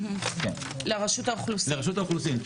המידע עובר לרשות האוכלוסין?